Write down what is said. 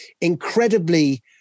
incredibly